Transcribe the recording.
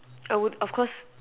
I would of course